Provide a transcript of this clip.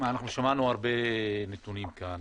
שמענו הרבה נתונים כאן.